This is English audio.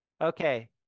Okay